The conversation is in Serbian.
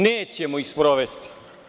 Nećemo ih sprovesti.